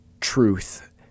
truth